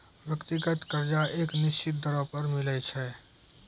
व्यक्तिगत कर्जा एक निसचीत दरों पर मिलै छै